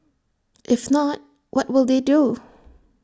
if not what will they do